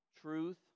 truth